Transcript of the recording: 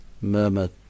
Murmur